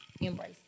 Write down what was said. embrace